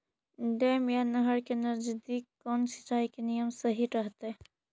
Dam या नहर के नजदीक कौन सिंचाई के नियम सही रहतैय?